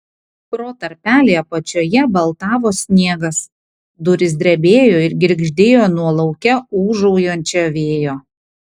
pro tarpelį apačioje baltavo sniegas durys drebėjo ir girgždėjo nuo lauke ūžaujančio vėjo